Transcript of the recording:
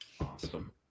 awesome